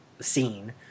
scene